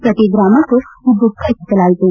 ಪ್ರತಿ ಗ್ರಾಮಕ್ಕೂ ವಿದ್ಯುತ್ ಕಲ್ಪಿಸಲಾಯಿತು